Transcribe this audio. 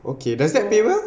okay does that pay well